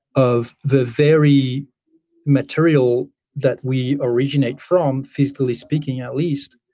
of the very material that we originate from physically speaking at least,